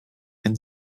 and